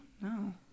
No